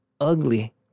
ugly